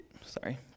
Sorry